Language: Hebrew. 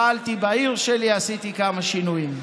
פעלתי בעיר שלי, עשיתי כמה שינויים.